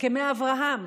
הסכמי אברהם,